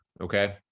Okay